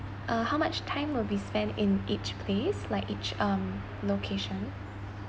uh how much time will be spent in each place like each um location